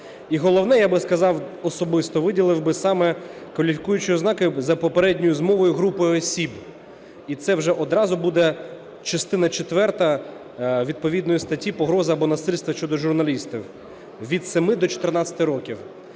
головне, я би сказав, особисто виділив би, саме кваліфікуючі ознаки за попередньою змовою групою осіб, і це вже одразу буде частина четверта відповідної статті "Погроза або насильство щодо журналістів", від 7 до 14 років.